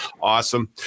awesome